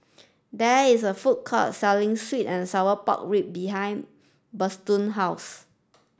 there is a food court selling sweet and sour pork rib behind Bertrand house